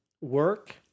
work